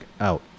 out